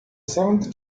seventh